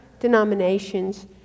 Denominations